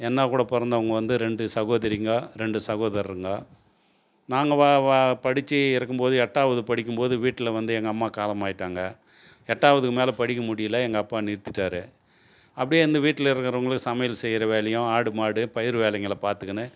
என்னாக்கூட பிறந்தவங்க வந்து ரெண்டு சகோதரிங்க ரெண்டு சகோதரருங்க நாங்கள் வ வ படிச்சு இருக்கும்போது எட்டாவது படிக்கும்போது வீட்டில வந்து எங்கள் அம்மா காலமாகிட்டாங்க எட்டாவதுக்கு மேலே படிக்கமுடியிலை எங்கள் அப்பா நிறுத்திட்டார் அப்படியே அந்த வீட்டில இருக்கிறவங்களுக்கு சமையல் செய்கிற வேலையும் ஆடுமாடு பயிர் வேலைங்ககளை பார்த்துகின்னு